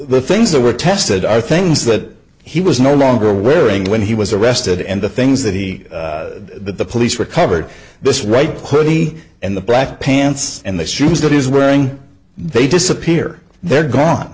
the things that were tested are things that he was no longer wearing when he was arrested and the things that he the police recovered this right put me and the black pants and the shoes that he's wearing they disappear they're gone